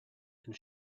and